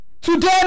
today